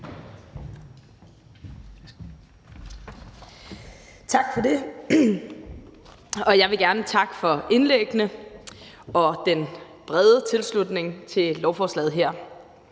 Tak for det. Jeg vil gerne takke for indlæggene og den brede tilslutning til lovforslaget her.